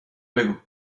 بگو